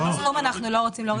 את הסכום אנחנו לא רוצים להוריד,